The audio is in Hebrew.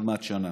עוד מעט שנה.